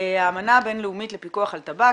"האמנה הבינלאומית לפיקוח על טבק.